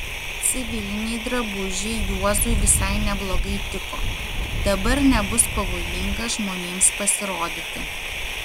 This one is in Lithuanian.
civiliniai drabužiai juozui visai neblogai tiko dabar nebus pavojinga žmonėms pasirodyti